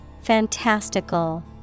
FANTASTICAL